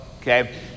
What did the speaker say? Okay